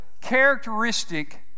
characteristic